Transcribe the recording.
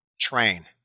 Train